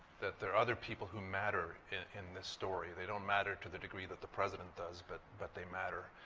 that there are other people who matter in this story. they don't matter to the degree that the president does, but but they matter.